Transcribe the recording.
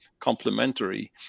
complementary